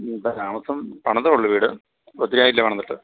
ഉം താമസം പണിതേ ഉള്ളു വീട് ഒത്തിരിയായില്ല പണിതിട്ട്